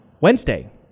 Wednesday